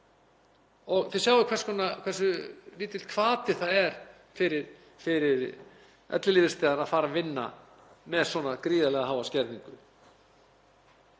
Þið sjáið hversu lítill hvati það er fyrir ellilífeyrisþega að fara að vinna með svona gríðarlega háa skerðingu.